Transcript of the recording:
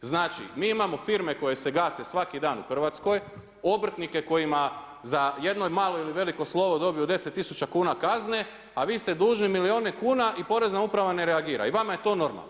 Znači mi imamo firme koje se gase svaki dan u Hrvatskoj, obrtnike kojima za jedno malo ili veliko slovo dobiju 10 tisuća kazne, a vi ste dužni milijune kuna i Porezna uprava ne reagira i vama je to normalno?